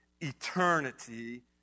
eternity